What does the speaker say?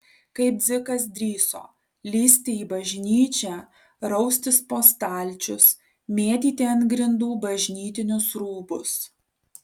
kaip dzikas drįso lįsti į bažnyčią raustis po stalčius mėtyti ant grindų bažnytinius rūbus